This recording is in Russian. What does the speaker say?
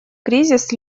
кризис